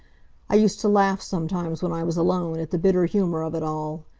i used to laugh, sometimes, when i was alone, at the bitter humor of it all.